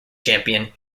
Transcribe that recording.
champion